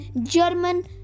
German